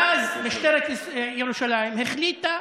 ואז, משטרת ירושלים החליטה